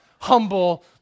humble